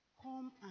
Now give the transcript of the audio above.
Come